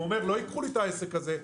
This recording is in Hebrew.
הוא אומר: לא ייקחו לי את העסק הזה.